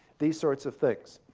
these sorts of things.